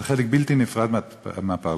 זה חלק בלתי נפרד מהפרלמנט.